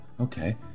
Okay